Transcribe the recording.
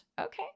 Okay